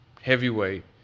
heavyweight